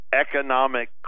economic